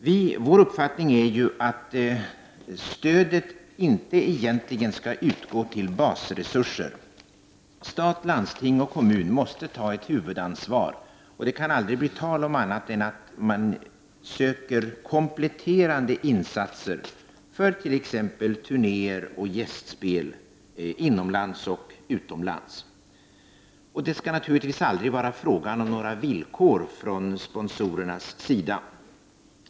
Folkpartiets uppfattning är att ett sådant stöd egentligen inte skall utgå till basresurser. Stat, landsting och kommuner måste ta ett huvudansvar, och det kan aldrig bli tal om annat än att man söker kompletterande insatser för t.ex. turnéer och gästspel inom landet och utomlands. Det skall naturligtvis aldrig vara fråga om några villkor från sponsorernas sida.